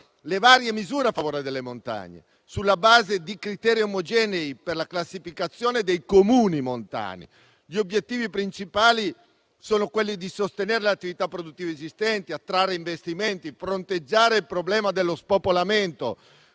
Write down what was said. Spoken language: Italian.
le varie misure a favore delle montagne, sulla base di criteri omogenei per la classificazione dei Comuni montani. Gli obiettivi principali sono sostenere le attività produttive esistenti, attrarre investimenti, fronteggiare il problema dello spopolamento,